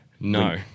no